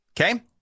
Okay